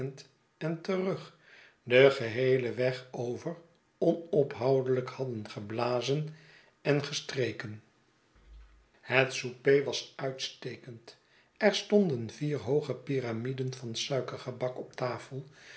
en terug den geheelen weg over onophoudelijk hadden geblazen en gestreken sgeetsen van boz het souper was uitstekend er stonden vier hooge pyramiden van suikergebak op tafel